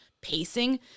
pacing